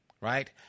right